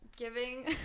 Giving